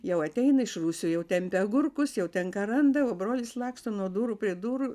jau ateina iš rūsio jau tempia agurkus jau ten ką randa o brolis laksto nuo durų prie durų